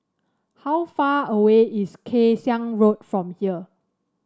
how far away is Kay Siang Road from here